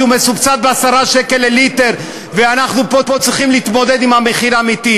שמסובסד ב-10 שקלים לליטר ואנחנו פה צריכים להתמודד עם המחיר האמיתי,